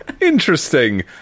interesting